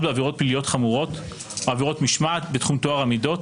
בעבירות פליליות חמורות או עבירות משמעת בתחום טוהר המידות,